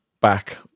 back